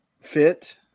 fit